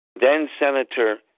then-Senator